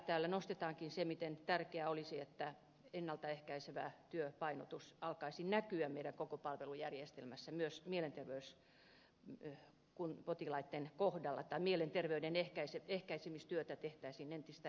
täällä nostetaankin esille se miten tärkeää olisi että ennalta ehkäisevän työn painotus alkaisi näkyä meidän koko palvelujärjestelmässämme myös mielenterveyspotilaitten kohdalla tai että mielenterveyden ehkäisemistyötä tehtäisiin entistä enemmän